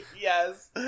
Yes